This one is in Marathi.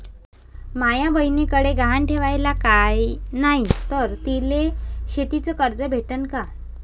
माया बयनीकडे गहान ठेवाला काय नाही तर तिले शेतीच कर्ज भेटन का?